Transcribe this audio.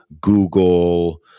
Google